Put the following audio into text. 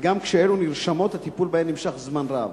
וגם כשאלו נרשמות הטיפול בהן נמשך זמן רב.